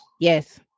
yes